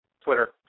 Twitter